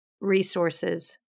resources